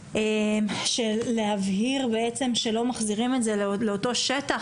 של להבהיר בעצם שלא מחזירים את זה לאותו שטח,